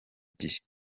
gihe